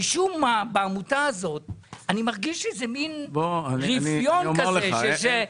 משום מה בעמותה הזאת אני מרגיש איזה מין רפיון ורוצים לאשר,